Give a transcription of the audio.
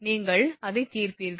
நீங்கள் அதை தீர்ப்பீர்கள்